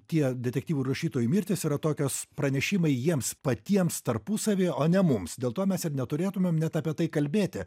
tie detektyvų rašytojų mirtis yra tokios pranešimai jiems patiems tarpusavyje o ne mums dėl to mes ir neturėtumėm net apie tai kalbėti